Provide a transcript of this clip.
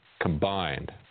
combined